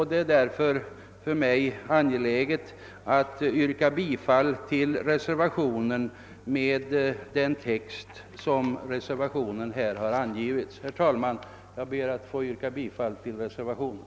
Det är därför angeläget för mig att förorda den text som föreslås i reservationen. Herr talman! Jag ber alltså att få yrka bifall till reservationen.